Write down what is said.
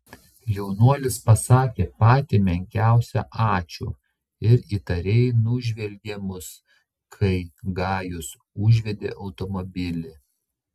jaunuolis pasakė patį menkiausią ačiū ir įtariai nužvelgė mus kai gajus užvedė automobilį